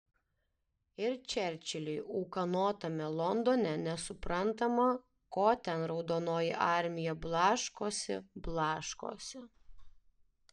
ir čerčiliui ūkanotame londone nesuprantama ko ten raudonoji armija blaškosi blaškosi